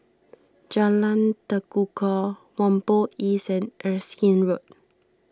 Jalan Tekukor Whampoa East and Erskine Road